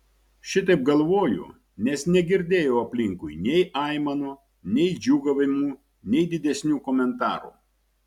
šitaip galvoju nes negirdėjau aplinkui nei aimanų nei džiūgavimų nei didesnių komentarų